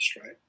right